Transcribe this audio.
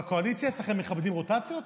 בקואליציה אצלכם מכבדים רוטציות?